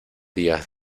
días